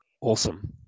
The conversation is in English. Awesome